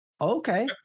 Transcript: okay